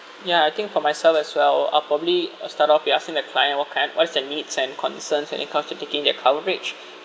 ya I think for myself as well I'll probably I'll start off by asking the client what kind what's their needs and concerns when it comes to taking their coverage